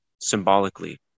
symbolically